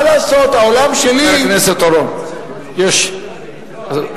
מה לעשות, העולם שלי, חבר הכנסת אורון, השר,